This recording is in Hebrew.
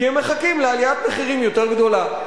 כי הם מחכים לעליית מחירים יותר גדולה.